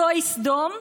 זוהי סדום,